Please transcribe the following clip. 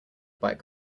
bike